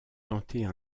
tenter